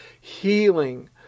healing